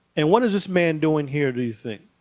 and what is this man doing here do you think?